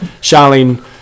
Charlene